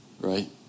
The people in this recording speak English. Right